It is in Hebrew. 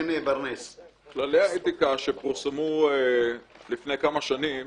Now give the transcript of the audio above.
כללי האתיקה שפורסמו לפני כמה שנים